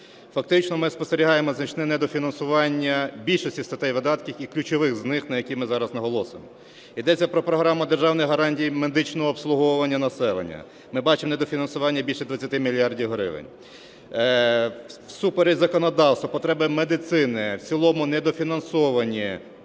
Фактично ми спостерігаємо значне недофінансування більшості статей видатків, і ключових із них, на яких ми зараз наголосимо. Йдеться про Програму державних гарантій медичного обслуговування населення. Ми бачимо недофінансування більше 20 мільярдів гривень. Всупереч законодавству потреби медицини в цілому недофінансовані